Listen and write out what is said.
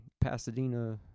Pasadena